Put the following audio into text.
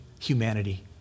humanity